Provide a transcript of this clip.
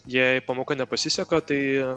jei pamoka nepasiseka tai